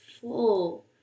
full